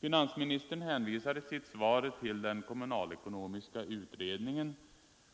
Finansministern hänvisar i sitt svar till den kommunalekonomiska utredningen